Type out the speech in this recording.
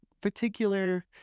particular